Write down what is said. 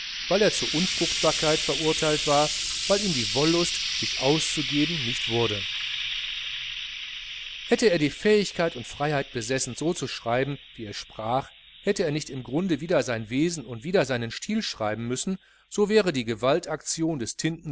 weil er zur unfruchtbarkeit verurteilt war weil ihm die wollust sich auszugeben nicht wurde hätte er die fähigkeit und freiheit besessen so zu schreiben wie er sprach hätte er nicht im grunde wider sein wesen und wider seinen stil schreiben müssen so wäre die gewaltaktion des